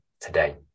today